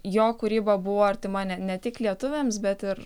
jo kūryba buvo artima ne ne tik lietuviams bet ir